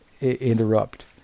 interrupt